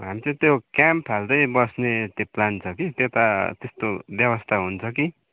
हामी चाहिँ त्यो क्याम्प हाल्दै बस्ने त्यो प्लान छ कि त्यता त्यस्तो व्यवस्था हुन्छ कि